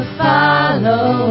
follow